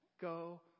go